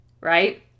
right